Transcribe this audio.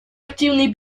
активные